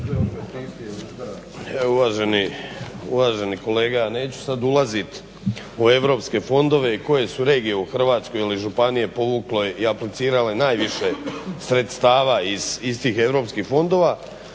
Uvaženi kolega, neću sad ulazit u europske fondove i koje su regije u Hrvatskoj ili županije povukle i aplicirale najviše sredstava iz tih europskih fondova,